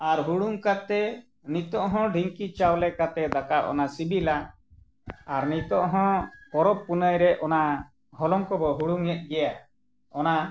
ᱟᱨ ᱦᱩᱲᱩᱝ ᱠᱟᱛᱮᱫ ᱱᱤᱛᱳᱜ ᱦᱚᱸ ᱰᱷᱤᱝᱠᱤ ᱪᱟᱣᱞᱮ ᱠᱟᱛᱮᱫ ᱫᱟᱠᱟ ᱚᱱᱟ ᱥᱤᱵᱤᱞᱟ ᱟᱨ ᱱᱤᱛᱳᱜ ᱦᱚᱸ ᱯᱚᱨᱚᱵᱽ ᱯᱩᱱᱟᱹᱭ ᱨᱮ ᱚᱱᱟ ᱦᱚᱞᱚᱝ ᱠᱚᱵᱚ ᱦᱩᱲᱩᱝᱮᱫ ᱜᱮᱭᱟ ᱚᱱᱟ